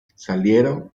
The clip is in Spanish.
salieron